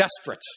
desperate